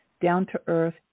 down-to-earth